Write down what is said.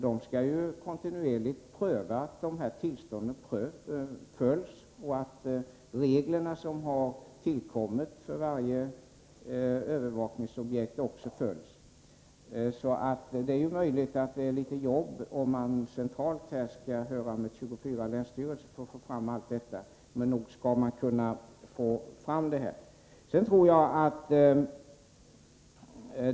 De skall ju kontinuerligt pröva att de regler som gäller för varje övervakningsobjekt följs. Möjligen innebär det en del arbete att samla in uppgifter om antalet tillstånd från samtliga länsstyrelser, men det borde gå att få fram dem.